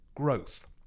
growth